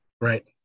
Right